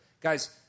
Guys